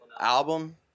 Album